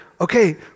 Okay